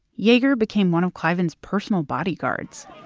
yeager became one of cliven's personal bodyguards.